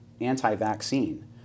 anti-vaccine